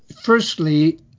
Firstly